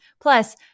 Plus